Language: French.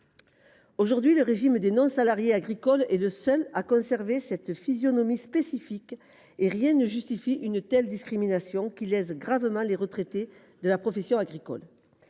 Aujourd’hui, le régime des non salariés agricoles est le seul à conserver cette physionomie spécifique. Rien ne justifie une telle discrimination, qui lèse gravement les retraités de la profession agricole.